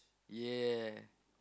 ya